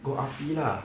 go R_P lah